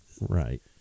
Right